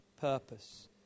purpose